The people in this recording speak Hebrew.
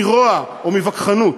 מרוע או מווכחנות.